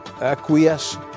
acquiesce